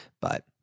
but-